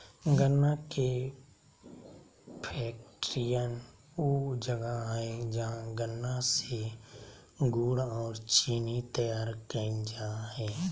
गन्ना फैक्ट्रियान ऊ जगह हइ जहां गन्ना से गुड़ अ चीनी तैयार कईल जा हइ